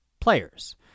players